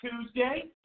Tuesday